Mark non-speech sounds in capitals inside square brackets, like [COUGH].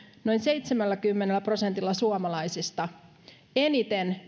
noin seitsemälläkymmenellä prosentilla suomalaisista eniten [UNINTELLIGIBLE]